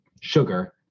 sugar